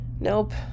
Nope